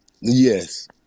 Yes